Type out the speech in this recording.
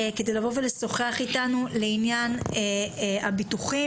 כדי לבוא ולשוחח איתנו לעניין הביטוחים,